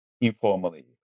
informally